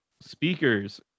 speakers